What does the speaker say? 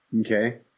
Okay